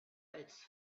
its